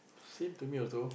same to me also